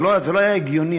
זה לא היה הגיוני,